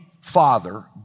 father